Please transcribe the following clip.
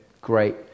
great